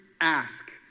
ask